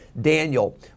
daniel